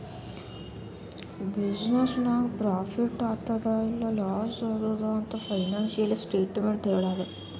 business ನಾಗ್ profit ಆತ್ತುದ್ ಇಲ್ಲಾ ಲಾಸ್ ಆತ್ತುದ್ ಅಂತ್ ಫೈನಾನ್ಸಿಯಲ್ ಸ್ಟೇಟ್ಮೆಂಟ್ ಹೆಳ್ತುದ್